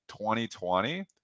2020